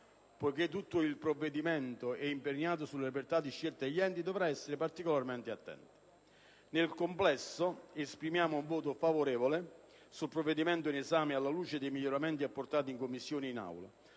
(poiché tutto il provvedimento è imperniato sulla libertà di scelta degli enti) dovrà essere particolarmente attenta. Nel complesso, esprimiamo un voto favorevole sul provvedimento in esame alla luce dei miglioramenti apportati in Commissione e in Aula,